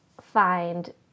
find